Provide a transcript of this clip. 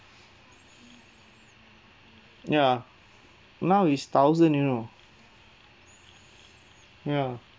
ya now is thousand you know ya